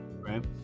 Right